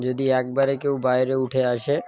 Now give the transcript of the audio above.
যদি একবারে কেউ বাইরে উঠে আসে